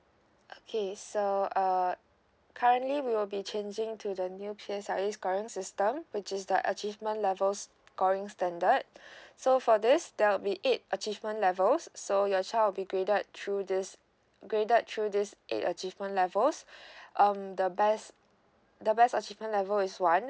okay so uh currently we will be changing to the nucleus current system which is the achievement levels scoring standard so for this there will be eight achievement levels so your child will be graded through this graded through this a achievement levels um the best the best achievement level is one